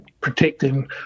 protecting